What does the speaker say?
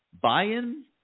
Buy-in